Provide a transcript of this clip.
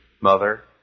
mother